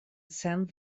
sent